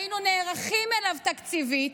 היינו נערכים אליו תקציבית,